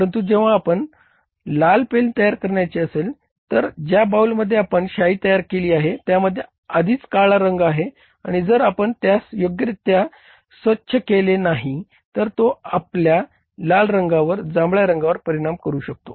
परंतु जेव्हा आपल्याला लाल पेन तयार करायची असेल तर ज्या बाऊलमध्ये आपण शाई तयार केली आहे त्यामध्ये आधीच काळा रंग आहे आणि जर आपण त्यास योग्यरित्या स्वच्छ केले नाही तर तो आपल्या लाल रंगावर जांभळ्या रंगावर परिणाम करू शकतो